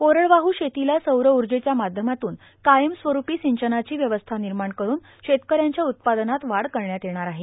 कोरडवाहू शेतीला सौर ऊजच्या माध्यमातून कायमस्वरुपी संचनाची व्यवस्था र्णनमाण करुन शेतकऱ्यांच्या उत्पादनात वाढ करण्यात येणार आहे